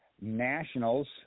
Nationals